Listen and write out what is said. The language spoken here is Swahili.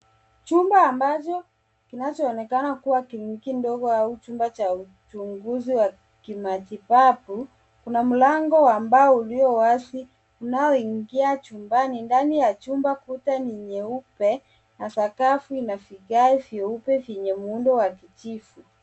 Chumba ambacho kinacho onekana kuwa kliniki kidogo au chumba cha uchunguzi wa kimatibabu kuna mlango wa mbao ulio wazi unoaingia chumba ndani ya chumba kuta ni nyeupe sakafu ina viage vyeupe vyenye muundo wa vijiti.